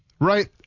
right